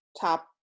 Top